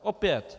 Opět.